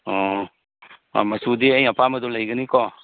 ꯑꯣ ꯑꯥ ꯃꯆꯨꯗꯤ ꯑꯩ ꯑꯄꯥꯝꯕꯗꯨ ꯂꯩꯒꯅꯤꯀꯣ